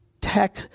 tech